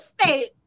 state